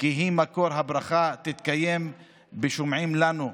"כי היא מקור הברכה" תתקיים בשומעים לנו.